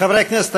חברי הכנסת,